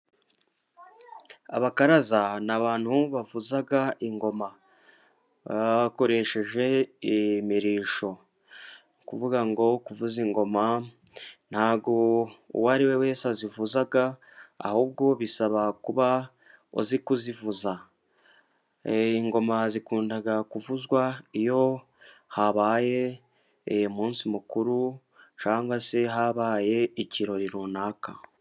Abakaraza ni abantu bavuza ingoma bakoresheje imirishyo, ni ukuvuga ngo kuvuza ingoma ntabwo uwo ariwe wese azivuza, ahubwo bisaba kuba uzi kuzivuza. Ingoma zikunda kuvuzwa iyo habaye umunsi mukuru cyangwa se habaye ikirori runaka.